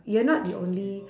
you're not the only